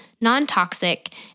non-toxic